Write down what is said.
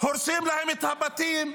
הורסים להם את הבתים,